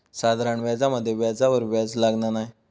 साधारण व्याजामध्ये व्याजावर व्याज लागना नाय